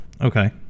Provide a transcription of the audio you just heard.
Okay